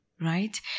Right